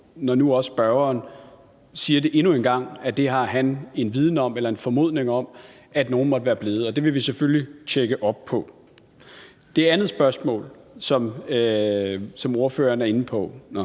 når nu spørgeren siger endnu en gang, at det har han en viden om eller en formodning om at nogen måtte være blevet. Det vil vi selvfølgelig tjekke op på. Det andet spørgsmål, som ordføreren er inde på